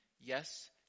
Yes